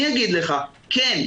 כן,